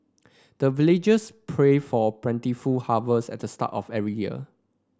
the villagers pray for plentiful harvest at the start of every year